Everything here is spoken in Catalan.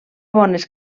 bones